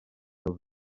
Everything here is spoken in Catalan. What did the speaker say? seus